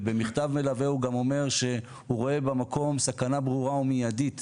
ובמכתב מלווה הוא גם אומר שהוא רואה במקום סכנה ברורה ומיידית